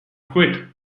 quit